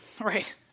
right